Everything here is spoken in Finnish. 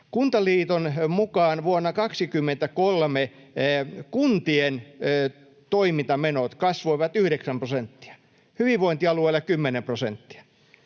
Kuntaliiton mukaan vuonna 23 kuntien toimintamenot kasvoivat yhdeksän prosenttia, hyvinvointialueilla kymmenen prosenttia.